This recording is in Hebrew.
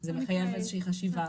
זה מחייב איזו שהיא חשיבה.